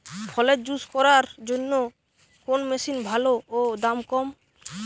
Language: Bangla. ফলের জুস করার জন্য কোন মেশিন ভালো ও দাম কম?